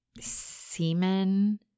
semen-